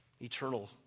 Eternal